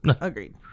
Agreed